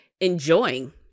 enjoying